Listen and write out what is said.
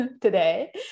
today